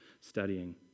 studying